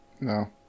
No